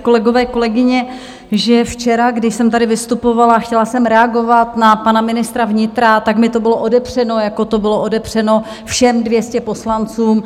Kolegyně, kolegové, včera, když jsem tady vystupovala a chtěla jsem reagovat na pana ministra vnitra, tak mi to bylo odepřeno, jako to bylo odepřeno všem 200 poslancům.